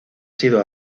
sido